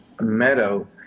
meadow